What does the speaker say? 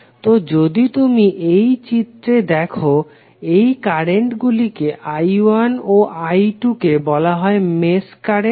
তো যদি তুমি এই চিত্রে দেখো এই কারেন্টগুলি I1 ও I2 কে বলা হয় মেশ কারেন্ট